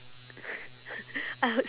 I would